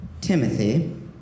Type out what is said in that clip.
Timothy